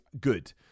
good